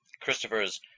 Christopher's